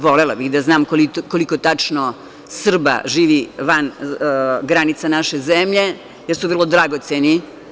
Volela bih da znam koliko tačno Srba živi van granica naše zemlje, jer su vrlo dragoceni.